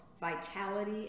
vitality